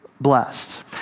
blessed